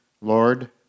Lord